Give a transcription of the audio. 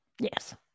Yes